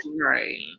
Right